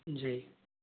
जी